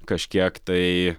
kažkiek tai